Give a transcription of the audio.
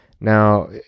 Now